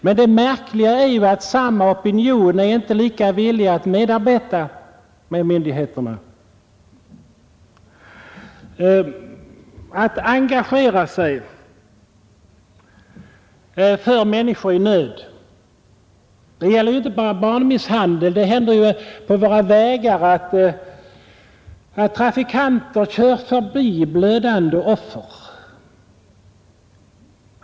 Men det märkliga är att samma opinion inte är lika villig att samarbeta med myndigheterna, att engagera sig för människor i nöd. Det gäller inte bara barnmisshandel. Det händer ju på våra vägar att trafikanter kör förbi blödande offer.